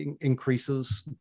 increases